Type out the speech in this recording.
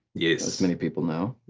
yes. as many people know.